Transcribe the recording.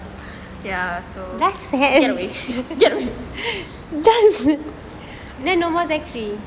ya so get away get away